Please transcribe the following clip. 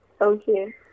Okay